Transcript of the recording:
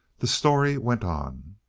the story went on.